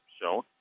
shown